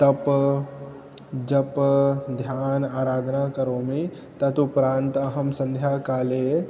तपः जपः ध्यानम् आराधनां करोमि तत् उपरान्त् अहं सन्ध्याकाले